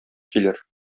килер